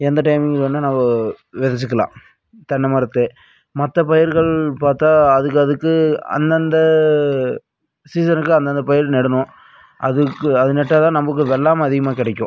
எந்த டைமுக்கு வேணுனா நம்ம வெதைச்சிக்கலாம் தென்னை மரத்தை மற்ற பயிர்கள் பார்த்தா அதுக்கு அதுக்கு அந்தந்த சீசனுக்கு அந்தந்த பயிர் நடணும் அதுக்கு அது நட்டால் தான் நமக்கு வெள்ளாமை அதிகமாக கிடைக்கும்